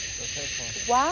Wow